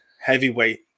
heavyweight